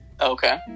Okay